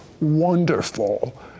wonderful